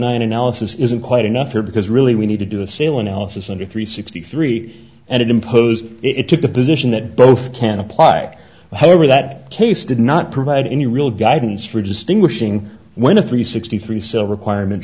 nine analysis isn't quite enough here because really we need to do a sale analysis under three sixty three and it imposed it took the position that both can apply however that case did not provide any real guidance for distinguishing when the three sixty three cell requirement